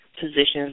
positions